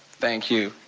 thank you,